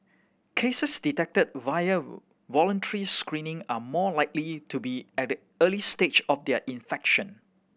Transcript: cases detected via voluntary screening are more likely to be at the early stage of their infection